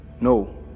No